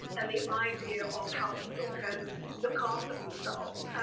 and the idea of how people can look ah after themselves,